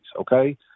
okay